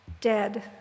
dead